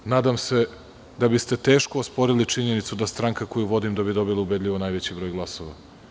Nadam se da biste teško osporili činjenicu da stranka koju vodim bi dobila ubedljivo najveći broj glasova.